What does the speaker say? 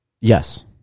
Yes